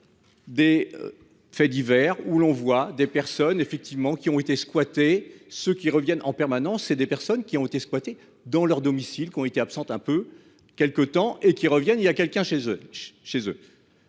Des. Faits divers, où l'on voit des personnes effectivement qui ont été squatté ceux qui reviennent en permanence et des personnes qui ont été squatté dans leur domicile, qui ont été absente un peu quelque temps et qui reviennent. Il y a quelqu'un chez eux,